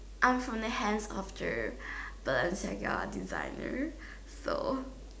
I'm from the hands master and you're a designer so